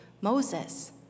Moses